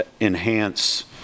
enhance